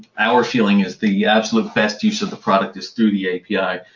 our feeling is the absolute best use of the product is through the api,